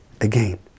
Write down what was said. again